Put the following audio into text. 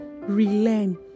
relearn